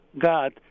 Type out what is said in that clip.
God